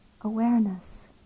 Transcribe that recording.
awareness